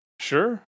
Sure